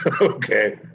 okay